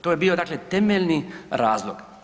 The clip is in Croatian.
To je bio, dakle temeljni razlog.